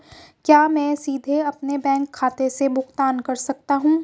क्या मैं सीधे अपने बैंक खाते से भुगतान कर सकता हूं?